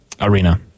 arena